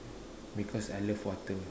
because I love water